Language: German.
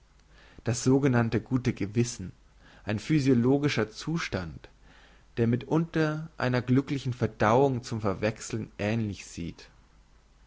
das sogenannte gute gewissen ein physiologischer zustand der mitunter einer glücklichen verdauung zum verwechseln ähnlich sieht